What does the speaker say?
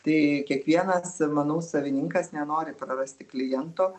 tai kiekvienas manau savininkas nenori prarasti kliento